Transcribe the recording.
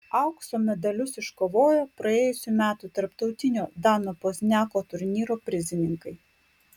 aukso medalius iškovojo praėjusių metų tarptautinio dano pozniako turnyro prizininkai